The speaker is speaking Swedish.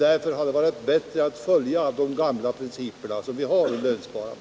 Därför hade det varit bättre att följa de gamla principerna för lönsparandet.